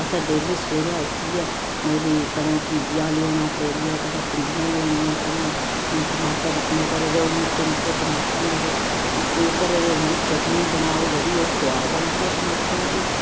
असें डेली सवेरे उट्ठियै मतलब कि कदें घिया लेई औना त्रोड़ियै कदें भिंडियां लेई औनियां कदें ओह् टमाटर अपने घरै दे ओह् निक्के निक्के टमाटर होंदे ओह् घरै दे उं'दी चटनी बनाओ जेह्ड़ी ओह् स्वाद लगदी ऐ टमाटरें दी